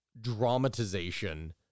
dramatization